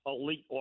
elite